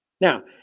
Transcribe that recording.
Now